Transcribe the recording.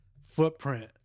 footprint